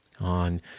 on